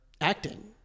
acting